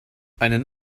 einen